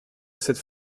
cette